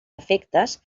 efectes